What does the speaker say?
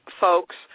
folks